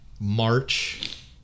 March